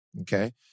Okay